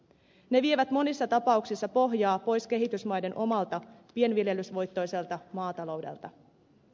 ne vievät monissa tapauksissa pohjaa pois kehitysmaiden omalta pienviljelysvoittoiselta maataloudelta